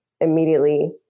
immediately